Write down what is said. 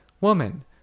Woman